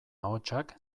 ahotsak